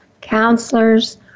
counselors